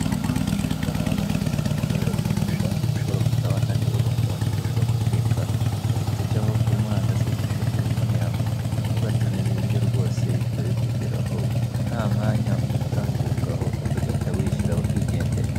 Kugura wifashishije ikoranabuhanga ni byiza cyane kuko biragufasha, ushobora gutaha uniwe wenda wumva udashobora guteka ugahita ujyaho kuri murandasi wifashishije telefone yawe, ugatumiza ibiryo rwose bihita bikugeraho nta mwanya utambuka ubundi ugahita wishyura bakigendera.